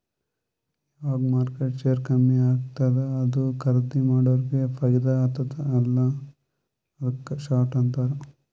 ಯಾವಗ್ ಮಾರ್ಕೆಟ್ದು ಶೇರ್ ಕಮ್ಮಿ ಆತ್ತುದ ಅದು ಖರ್ದೀ ಮಾಡೋರಿಗೆ ಫೈದಾ ಆತ್ತುದ ಅಲ್ಲಾ ಅದುಕ್ಕ ಶಾರ್ಟ್ ಅಂತಾರ್